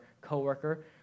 coworker